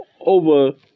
over